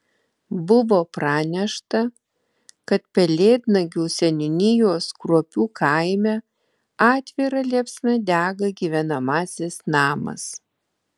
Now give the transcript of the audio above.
buvo pranešta kad pelėdnagių seniūnijos kruopių kaime atvira liepsna dega gyvenamasis namas